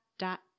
dot